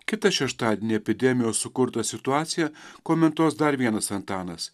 kitą šeštadienį epidemijos sukurtą situaciją komentuos dar vienas antanas